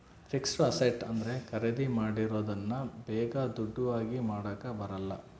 fixed asset ಅಂದ್ರೆ ಖರೀದಿ ಮಾಡಿರೋದನ್ನ ಬೇಗ ದುಡ್ಡು ಆಗಿ ಮಾಡಾಕ ಬರಲ್ಲ